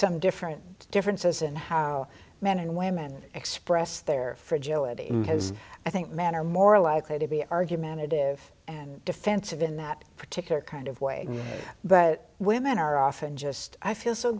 some different differences in how men and women express their fragility i think men are more likely to be argumentative and defensive in that particular kind of way but women are often just i feel so